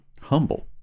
humble